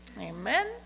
Amen